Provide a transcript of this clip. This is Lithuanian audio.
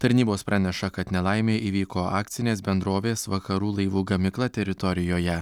tarnybos praneša kad nelaimė įvyko akcinės bendrovės vakarų laivų gamykla teritorijoje